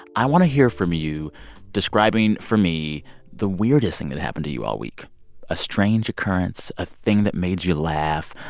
i want to hear from you describing for me the weirdest thing that happened to you all week a strange occurrence, a thing that made you laugh,